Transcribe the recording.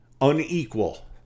unequal